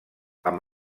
amb